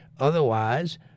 Otherwise